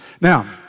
Now